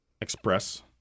express